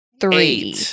Three